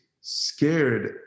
scared